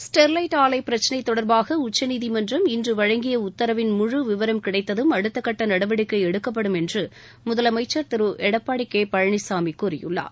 Sterlite ஆலை பிரச்சினை தொடர்பாக உச்சநீதிமன்றம் இன்று வழங்கிய உத்தரவின் முழு விவரம் கிடைத்ததும் அடுத்தக் கட்ட நடவடிக்கை எடுக்கப்படும் என்று முதலமைச்சர் திரு எடப்பாடி கே பழனிசாமி கூறியுள்ளார்